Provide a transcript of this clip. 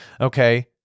okay